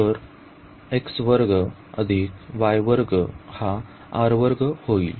तर हा होईल